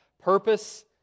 purpose